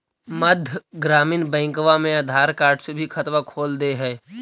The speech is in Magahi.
मध्य ग्रामीण बैंकवा मे आधार कार्ड से भी खतवा खोल दे है?